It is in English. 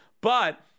But-